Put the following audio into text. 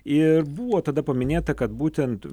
ir buvo tada paminėta kad būtent